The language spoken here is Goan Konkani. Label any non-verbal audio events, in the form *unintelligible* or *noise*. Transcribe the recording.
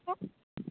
*unintelligible*